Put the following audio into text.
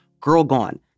girlgone